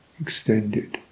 extended